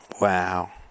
Wow